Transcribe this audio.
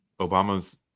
Obama's